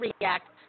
react